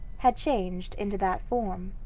had changed into that form.